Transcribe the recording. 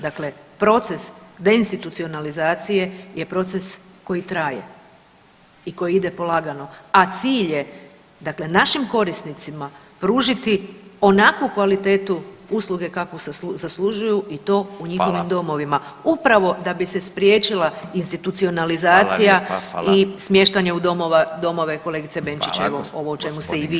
Dakle, proces deinstitucionalizacije je proces koji traje i koji ide polagano, a cilj je dakle našim korisnicima pružiti onakvu kvalitetu usluge kakvu zaslužuju i to u njihovim domovima upravo da bi se spriječila institucionalizacija [[Upadica: Hvala lijepa, hvala]] i smještanje u domove, domove, kolegice Benčić evo ovo o čemu ste i vi govorili.